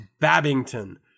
Babington